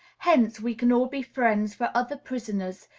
hence, we can all be friends for other prisoners,